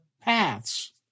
paths